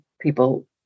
people